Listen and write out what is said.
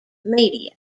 media